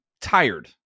tired